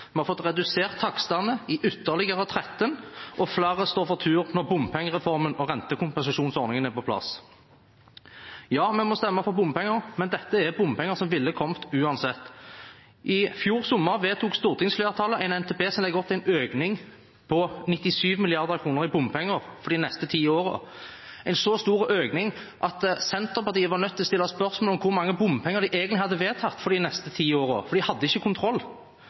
Vi har fått redusert takstene i ytterligere 13, og flere står for tur når bompengereformen og rentekompensasjonsordningen er på plass. Ja, vi må stemme for bompenger, men dette er bompenger som ville ha kommet uansett. I fjor sommer vedtok stortingsflertallet en NTP som legger opp til en økning på 97 mrd. kr i bompenger for de neste ti årene – en så stor økning at Senterpartiet var nødt til å stille spørsmål om hvor mye bompenger de egentlig hadde vedtatt for de neste ti årene, for de hadde ikke kontroll.